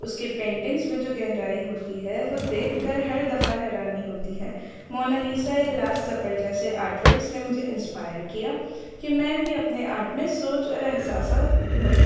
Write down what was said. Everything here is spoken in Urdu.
اس کے پینٹنگس میں جو گہرائی ہوتی ہے وہ دیکھ کر ہر دفعہ حیرانی ہوتی ہے مونالیسا یا لاس سپر جیسے آرٹ ورکس نے مجھے انسپائر کیا کہ میں بھی اپنے آرٹ میں سوچ اور احساسات بھروں